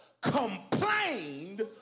complained